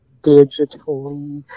digitally